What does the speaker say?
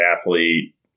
athlete